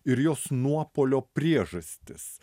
ir jos nuopuolio priežastis